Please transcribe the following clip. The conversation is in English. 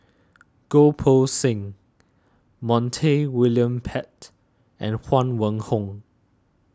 Goh Poh Seng Montague William Pett and Huang Wenhong